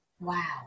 wow